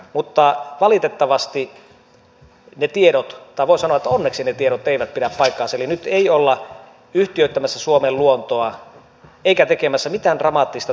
mutta valitettavasti tai voi sanoa että onneksi ne tiedot eivät pidä paikkansa eli nyt ei olla yhtiöittämässä suomen luontoa eikä tekemässä mitään dramaattista tase erän siirtoa